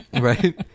Right